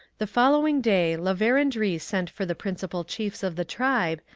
the following day la verendrye sent for the principal chiefs of the tribe,